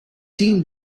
tien